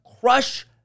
crush